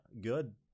Good